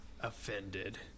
Offended